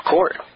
Court